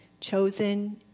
chosen